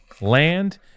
land